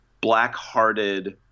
black-hearted